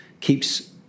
keeps